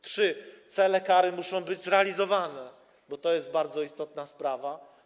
Trzy, cele kary muszą być zrealizowane, bo to jest bardzo istotna sprawa.